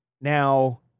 Now